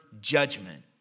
judgment